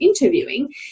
interviewing